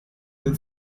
will